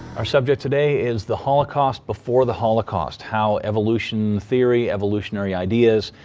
our subject today is the holocaust before the holocaust. how evolution theory, evolutionary ideas,